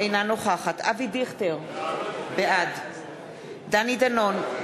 אינה נוכחת אבי דיכטר, בעד דני דנון,